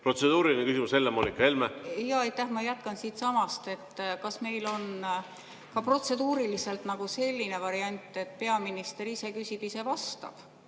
Protseduuriline küsimus, Helle‑Moonika Helme. Jaa, aitäh! Ma jätkan siitsamast. Kas meil on protseduuriliselt ka selline variant, et peaminister ise küsib ja ise vastab,